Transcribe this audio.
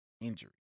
injury